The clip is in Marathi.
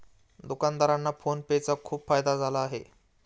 दुकानदारांना फोन पे चा खूप फायदा झाला आहे